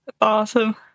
Awesome